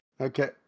okay